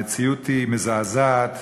המציאות היא מזעזעת,